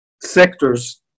sectors